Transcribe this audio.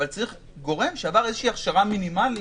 אבל צריך גורם שעבר איזו הכשרה מינימלית